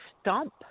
stump